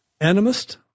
animist